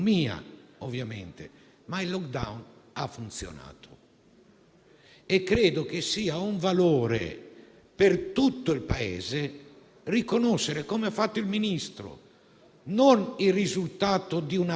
il problema non è legato alla dialettica in queste Aule. Quando in un Paese come la Germania vediamo marciare 10.000 persone che negano il Covid,